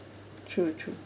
true true